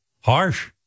harsh